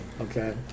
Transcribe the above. Okay